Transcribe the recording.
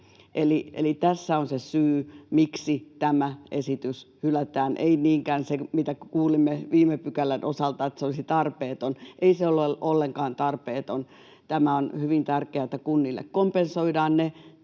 Eli tässä on se syy, miksi tämä esitys hylätään — ei niinkään se, mitä kuulimme viime pykälän osalta, että se olisi tarpeeton. Ei se ole ollenkaan tarpeeton. On hyvin tärkeätä kunnille, että kompensoidaan ne